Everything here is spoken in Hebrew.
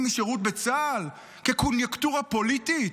משירות בצה"ל כקוניונקטורה פוליטית,